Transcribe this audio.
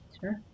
Sure